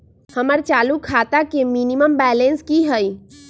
हमर चालू खाता के मिनिमम बैलेंस कि हई?